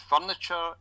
furniture